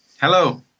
Hello